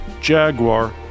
Jaguar